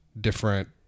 different